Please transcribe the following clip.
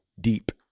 deep